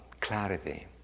clarity